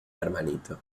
hermanito